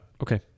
Okay